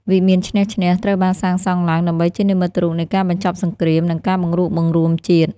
វិមានឈ្នះ-ឈ្នះ ត្រូវបានសាងសង់ឡើងដើម្បីជានិមិត្តរូបនៃការបញ្ចប់សង្គ្រាម និងការបង្រួបបង្រួមជាតិ។